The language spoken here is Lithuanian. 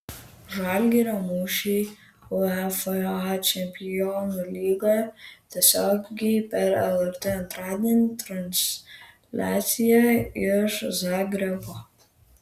žalgirio mūšiai uefa čempionų lygoje tiesiogiai per lrt antradienį transliacija iš zagrebo